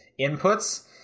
inputs